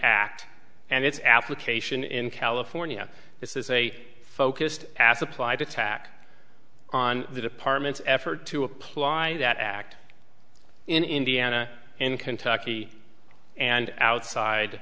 act and its application in california this is a focused as applied attack on the department's effort to apply that act in indiana in kentucky and outside